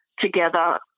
together